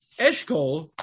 Eshkol